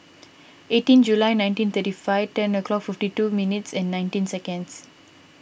eighteen July nineteen thirty five ten o'clock fifty two minutes and nineteen seconds